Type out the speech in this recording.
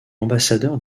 ambassadeur